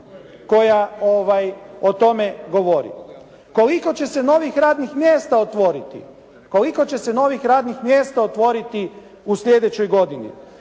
mjesta otvoriti? Koliko će se novih radnih mjesta otvoriti u sljedećoj godini